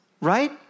Right